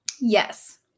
yes